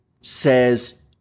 says